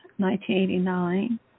1989